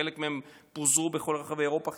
חלק מהם פוזרו בכל רחבי אירופה,